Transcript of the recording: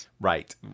Right